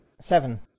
Seven